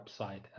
website